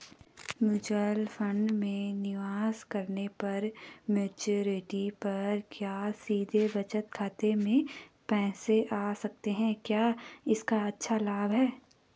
Mutual fund में निवेश करने पर मैच्योरिटी पर क्या सीधे बचत खाते में पैसे आ सकते हैं क्या इसका अच्छा लाभ है?